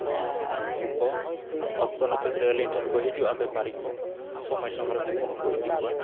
ᱟᱨ ᱱᱩᱠᱩ ᱠᱚ ᱚᱠᱛᱚ ᱱᱟᱹᱯᱤᱛ ᱨᱮ ᱟᱹᱞᱤᱧ ᱴᱷᱮᱱ ᱠᱚ ᱦᱤᱡᱩᱜᱼᱟ ᱵᱮᱯᱟᱨᱤ ᱠᱚ ᱥᱚᱢᱚᱭ ᱥᱚᱢᱚᱭ ᱨᱮ ᱩᱱᱠᱩ ᱦᱚᱸᱠᱚ ᱤᱫᱤ ᱠᱚᱣᱟ